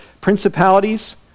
principalities